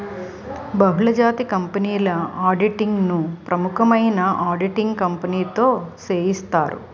బహుళజాతి కంపెనీల ఆడిటింగ్ ను ప్రముఖమైన ఆడిటింగ్ కంపెనీతో సేయిత్తారు